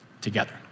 together